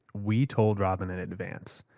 we told robin in advance.